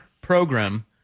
program